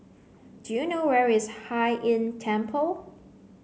do you know where is Hai Inn Temple